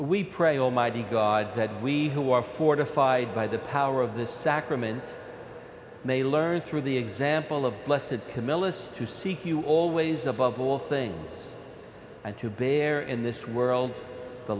we pray almighty god that we who are fortified by the power of this sacrament may learn through the example of blessid camillus to seek you always above all things and to bear in this world the